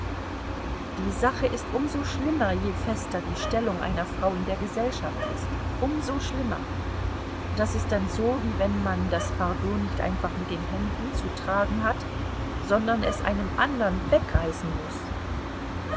die sache ist um so schlimmer je fester die stellung einer frau in der gesellschaft ist um so schlimmer das ist dann so wie wenn man das fardeau nicht einfach mit den händen zu tragen hat sondern es einem andern wegreißen muß